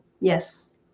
yes